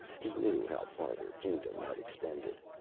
he knew how far their kingdom had extended.